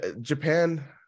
Japan